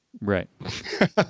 Right